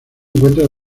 encuentra